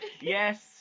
Yes